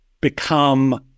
become